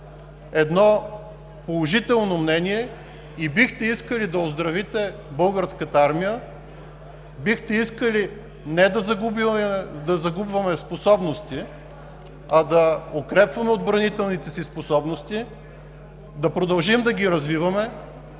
имате положително мнение и бихте искали да оздравите Българската армия, бихте искали не да загубваме способности, а да укрепваме отбранителните си способности, да продължим да ги развиваме